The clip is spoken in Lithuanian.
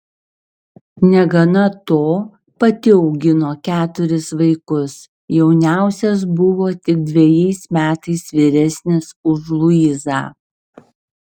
negana to pati augino keturis vaikus jauniausias buvo tik dvejais metais vyresnis už luizą